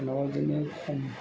सोरनावबा बिदिनो खम